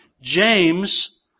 James